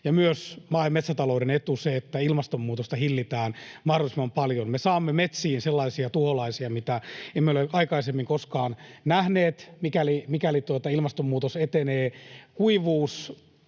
myös maa- ja metsätalouden etu se, että ilmastonmuutosta hillitään mahdollisimman paljon. Me saamme metsiin sellaisia tuholaisia, joita emme ole aikaisemmin koskaan nähneet, mikäli ilmastonmuutos etenee. Kuivuus